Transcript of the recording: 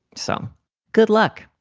so good luck,